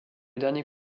dernier